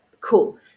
Cool